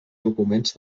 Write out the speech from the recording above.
documents